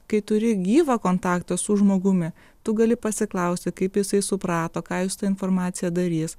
kai turi gyvą kontaktą su žmogumi tu gali pasiklausti kaip jisai suprato ką jis su ta informacija darys